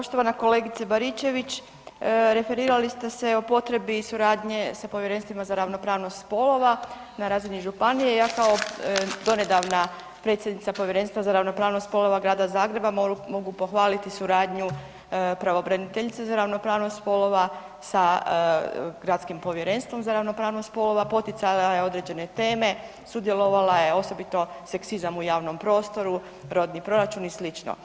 Poštovana kolegice Baričević referirali ste se i potrebi suradnje sa povjerenstvima za ravnopravnost spolova na razini županije, ja kao donedavna predsjednica Povjerenstva za ravnopravnost spolova Grada Zagreba mogu pohvaliti suradnju pravobraniteljice za ravnopravnost spolova sa gradskim Povjerenstvom za ravnopravnost spolova, poticala je određene teme, sudjelovala je osobito seksizam u javnom prostoru, rodni proračun i sl.